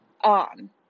on